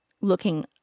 looking